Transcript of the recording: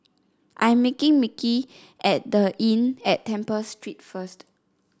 I am meeting Micky at The Inn at Temple Street first